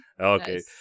Okay